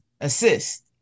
assist